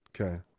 Okay